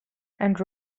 and